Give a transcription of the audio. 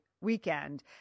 weekend